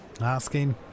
asking